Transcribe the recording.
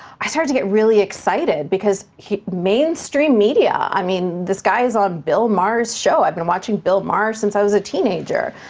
i started to get really excited because mainstream mainstream media. i mean, this guy is on bill maher's show. i've been watching bill maher since i was a teenager.